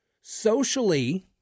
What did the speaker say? Socially